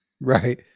Right